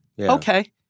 okay